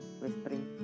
whispering